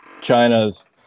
China's